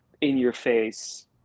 in-your-face